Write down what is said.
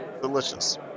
delicious